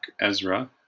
Ezra